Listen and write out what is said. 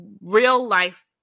real-life